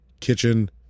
Kitchen